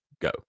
go